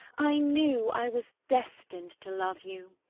i knew i was destined to love you.